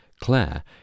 Claire